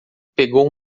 pegou